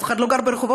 אף אחד לא גר ברחובות,